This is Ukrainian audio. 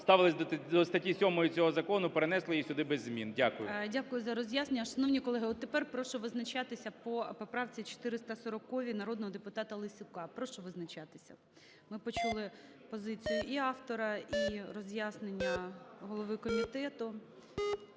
ставилися до статті 7 цього закону, перенесли її сюди без змін. Дякую. ГОЛОВУЮЧИЙ. Дякую за роз'яснення. Шановні колеги, от тепер прошу визначатися по поправці 440 народного депутата Лесюка. Прошу визначатися. Ми почули позицію і автора, і роз'яснення голови комітету,